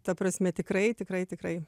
ta prasme tikrai tikrai tikrai